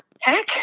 heck